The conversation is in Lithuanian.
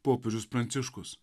popiežius pranciškus